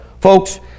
Folks